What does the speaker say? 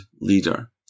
leader